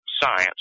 science